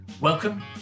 Welcome